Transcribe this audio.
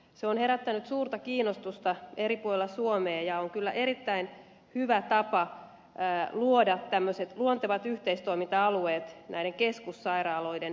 se on herättänyt suurta kiinnostusta eri puolilla suomea ja on kyllä erittäin hyvä tapa luoda tämmöiset luontevat yhteistoiminta alueet näiden keskussairaaloiden ympärille